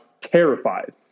terrified